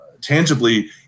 tangibly